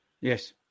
Yes